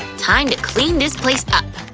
time to clean this place up!